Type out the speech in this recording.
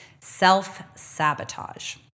self-sabotage